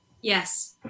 Yes